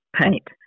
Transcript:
paint